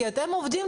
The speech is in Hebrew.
נתיב,